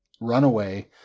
runaway